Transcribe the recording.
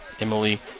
Emily